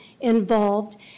involved